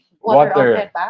water